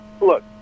look